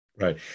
Right